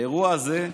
באירוע זה,